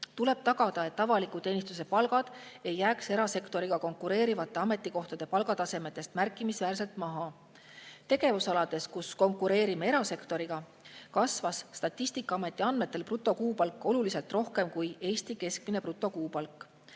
tuleb tagada, et avaliku teenistuse palgad ei jääks erasektoriga konkureerivate ametikohtade palgatasemest märkimisväärselt maha. Tegevusaladel, kus konkureerime erasektoriga, kasvas Statistikaameti andmetel brutokuupalk oluliselt rohkem kui Eesti keskmine brutokuupalk,